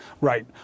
Right